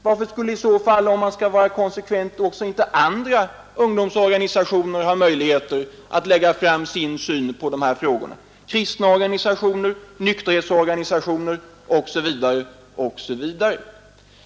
Varför skulle i så fall — om man skall vara konsekvent — inte också andra ungdomsorganisationer ha möjlighet att lägga fram sin syn på dessa frågor — kristna organisationer, nykterhetsorganisationer osv.?